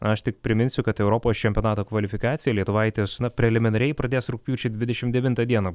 aš tik priminsiu kad europos čempionato kvalifikaciją lietuvaitės na preliminariai pradės rugpjūčio dvidešim devintą dieną